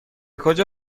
کجا